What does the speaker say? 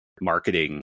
marketing